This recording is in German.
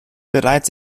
bereits